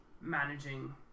managing